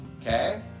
okay